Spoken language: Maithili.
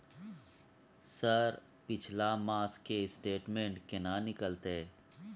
सर पिछला मास के स्टेटमेंट केना निकलते?